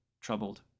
troubled